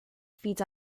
feeds